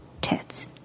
tits